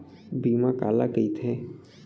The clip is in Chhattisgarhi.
बीमा काला कइथे?